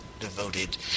devoted